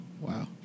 Wow